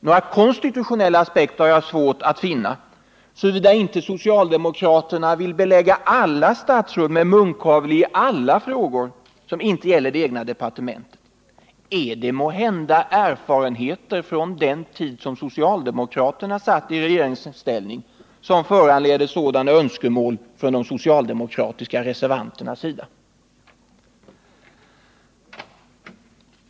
Några konstitutionella aspekter har jag svårt att finna, såvida inte socialdemokraterna vill belägga alla statsråd med munkavle i alla frågor som inte gäller det egna departementet. Är det måhända erfarenheter från den tid då socialdemokraterna satt i regeringsställning som föranleder sådana önskemål från de socialdemokratiska reservanternas sida?